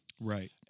Right